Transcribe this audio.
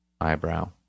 Eyebrow